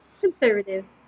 Conservative